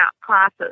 classes